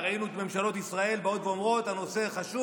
ראינו את ממשלות ישראל באות ואומרות: הנושא חשוב,